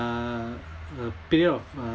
uh